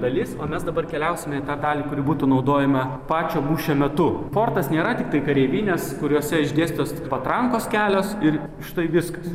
dalis o mes dabar keliausime į tą dalį kuri būtų naudojama pačio mūšio metu fortas nėra tiktai kareivinės kuriose išdėstytos patrankos kelios ir štai viskas